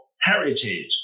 heritage